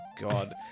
God